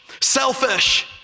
Selfish